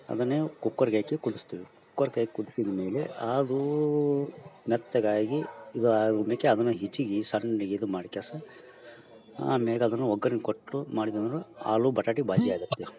ಅದನೆ cooker ಗಾಕಿ ಕುದಿಸ್ತೀವಿ ಕುಕ್ಕರ್ಗಾಕಿ ಕುದಿಸಿದ್ಮೇಲೆ ಆಗೂ ಮೆತ್ತಗಾಗಿ ಇದು ಆದ್ಮೇಕೆ ಅದನು ಹಿಚಗೆ ಸಣ್ಣಗೆ ಇದು ಮಾಡ್ಕೆಸ ಆಮೇಲೆ ಅದನು ಒಗ್ಗರನಿ ಕೊಟ್ಟು ಮಾಡಿದಂದ್ರ ಆಲು ಬಟಾಟಿ ಬಾಜಿ ಆಗತ್ತೆ